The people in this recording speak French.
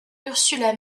ursula